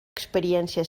experiència